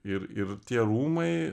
ir ir tie rūmai